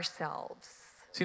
see